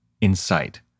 insight